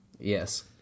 Yes